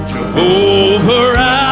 Jehovah